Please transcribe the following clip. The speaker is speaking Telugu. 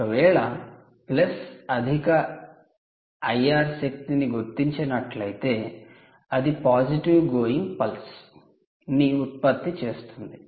ఒకవేళ 'ప్లస్' అధిక ఐఆర్ శక్తిని గుర్తించినట్లయితే అది 'positive going pulse' 'positive going pulse' ను ఉత్పత్తి చేస్తుంది